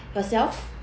yourself